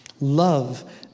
love